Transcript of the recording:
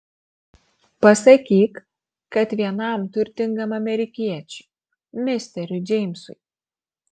pasakyk kad vienam turtingam amerikiečiui misteriui džeimsui